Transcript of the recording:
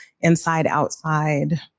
inside-outside